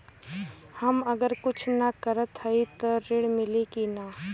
हम अगर कुछ न करत हई त ऋण मिली कि ना?